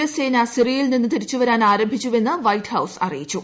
S സേന സിറിയയിൽ നിന്ന് തിരിച്ചുവരാൻ ആരംഭിച്ചു്വെന്ന് വൈറ്റ് ഹൌസ് അറിയിച്ചു